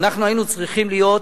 ואנחנו היינו צריכים להיות,